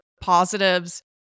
positives